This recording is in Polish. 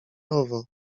owo